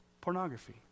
Pornography